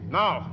now